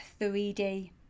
3D